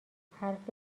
حرف